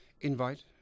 invite